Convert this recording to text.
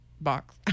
box